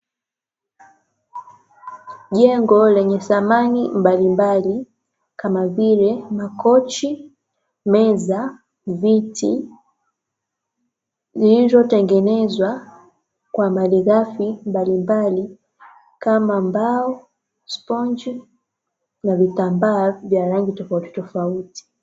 Jengo lenye samani mbalimbali kama vile: makochi, meza, viti, zilizotengenezwa kwa malighafi mbalimbali, kama: mbao, sponchi, na vitambaa vya rangi tofautitofauti.